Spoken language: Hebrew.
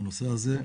בנושא הזה,